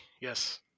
Yes